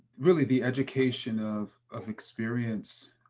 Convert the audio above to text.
really, the education of of experience.